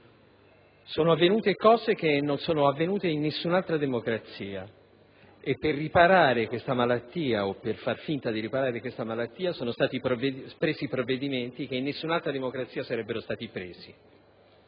Sono avvenute cose che non sono accadute in nessun'altra democrazia: per riparare o per far finta di riparare a questa malattia sono stati presi provvedimenti che in nessun'altra democrazia sarebbero stati assunti.